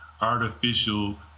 artificial